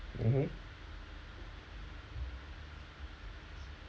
mmhmm